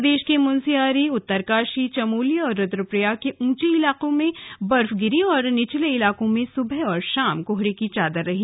प्रदेश के मुनस्यारी उत्तरकाशी चमोली और रुद्रप्रयाग के ऊंचे इलाकों में बर्फ गिरी और निचले इलाकों में सुबह और शाम कोहरे की चादर रही